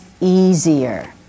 easier